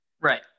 Right